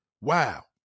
Wow